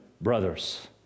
brothers